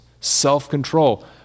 self-control